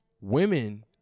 women